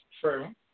True